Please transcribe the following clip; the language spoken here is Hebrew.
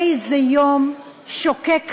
איזה יום שוקק חיים,